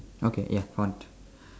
okay ya font